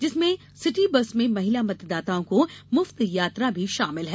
जिनमें city bus में महिला मतदाताओं को मुफ्त यात्रा भी शामिल है